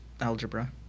algebra